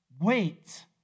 wait